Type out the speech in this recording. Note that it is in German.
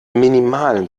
minimalen